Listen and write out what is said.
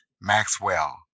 Maxwell